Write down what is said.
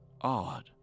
odd